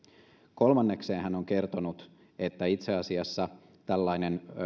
kolmannekseen hän on kertonut että itse asiassa tällainen